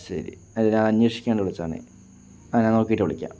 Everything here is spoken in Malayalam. ശരി ഞാന് അന്വേഷിക്കാന് വേണ്ടീ വിളിച്ചതാണേ ആ ഞാന് നോക്കിയിട്ട് വിളിക്കാം